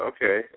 Okay